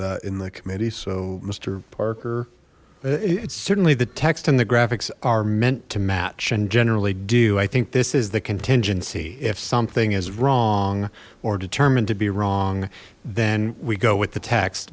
that in the committee so mister parker it's certainly the text and the graphics are meant to match and generally do i think this is the contingency if something is wrong or determined to be wrong then we go with the t